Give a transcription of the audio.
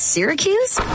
Syracuse